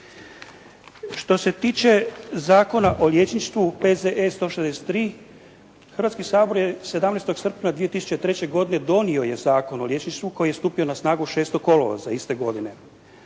Što se tiče Zakona o liječništvu P.Z.E. 163. Hrvatski sabor je 17. srpnja 2003. godine donio je Zakon o liječništvu koji je stupio na snagu 6. kolovoza iste godine